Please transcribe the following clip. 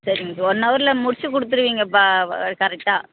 சரிங்க sir one அவரில் முடித்து கொடுத்துருவீங்க பா கரெக்டாக